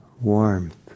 warmth